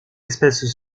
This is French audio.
espèces